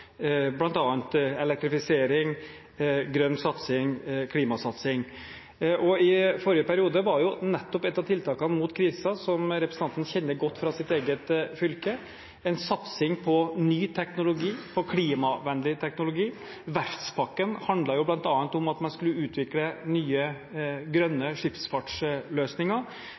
bl.a. elektrifisering, grønn satsing, klimasatsing. I forrige periode var jo nettopp et av tiltakene mot krisen, som representanten kjenner godt fra sitt eget fylke, en satsing på ny teknologi, på klimavennlig teknologi. Verftspakken handlet jo bl.a. om at man skulle utvikle nye, grønne